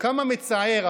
כמה מצער,